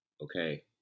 okay